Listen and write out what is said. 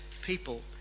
people